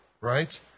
right